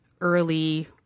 early